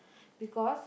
because